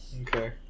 Okay